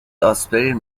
آسپرین